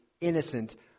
innocent